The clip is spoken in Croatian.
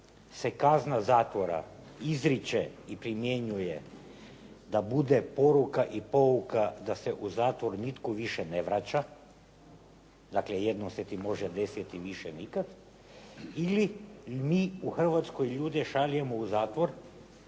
se kazna zatvora izriče i primjenjuje da bude poruka i pouka da se u zatvor nitko više ne vraća, dakle jednom se ti može desiti, više nikad ili mi u Hrvatskoj ljude šaljemo u zatvor